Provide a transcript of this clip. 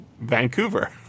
Vancouver